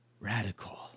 Radical